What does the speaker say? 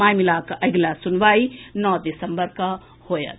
मामिलाक अगिला सुनवाई नओ दिसम्बर के होयत